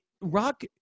rock